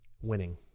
winning